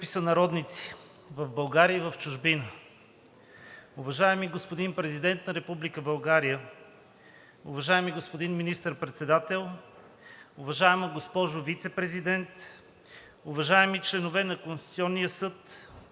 Скъпи сънародници в България и в чужбина! Уважаеми господин Президент на Република България, уважаеми господин Министър-председател, уважаема госпожо Вицепрезидент, уважаеми членове на Конституционния съд,